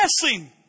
blessing